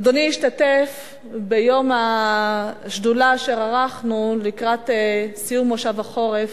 אדוני השתתף ביום השדולה שערכנו לקראת סיום מושב החורף,